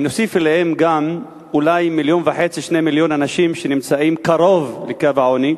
אם נוסיף אליהם גם אולי 1.5 2 מיליון אנשים שנמצאים קרוב לקו העוני,